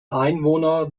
einwohner